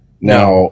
Now